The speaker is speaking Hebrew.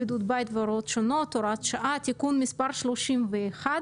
(בידוד בית והוראות שונות) (הוראת שעה) (תיקון מס' 31),